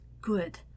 good